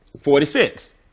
forty-six